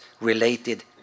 related